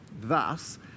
Thus